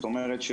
זאת אומרת,